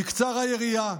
תקצר היריעה.